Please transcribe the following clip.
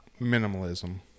minimalism